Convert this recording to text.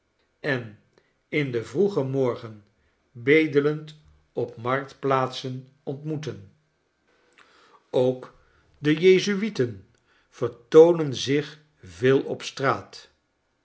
en in den vroegen ochtend bedelend op de marktplaatsen ontmoeten ook do dickens schetsen ult amerilea en tafereelen uit italie n tafereelen uit italte jezuieten vertoonen zich veel op straat